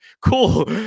cool